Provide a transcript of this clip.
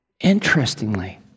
Interestingly